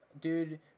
Dude